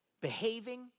behaving